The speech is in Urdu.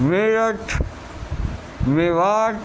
میرٹھ میوات